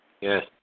Yes